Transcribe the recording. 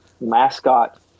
Mascot